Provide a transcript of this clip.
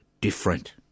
different